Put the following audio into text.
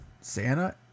Santa